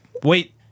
Wait